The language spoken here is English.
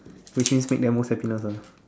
which means make them most happiness ah